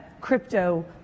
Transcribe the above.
crypto